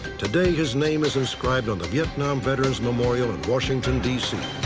today, his name is inscribed on the vietnam veterans memorial in washington dc.